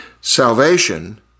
Salvation